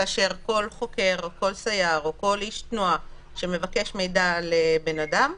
כאשר כל חוקר או כל סייר או כל איש תנועה שמבקש תנועה על בן אדם,